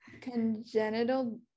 congenital